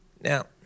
Now